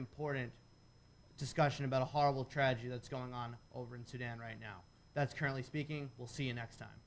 important discussion about a horrible tragedy that's going on over in sudan right now that's currently speaking we'll see you next time